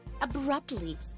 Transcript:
abruptly